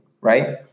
right